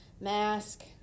mask